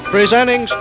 Presenting